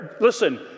Listen